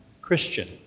Christian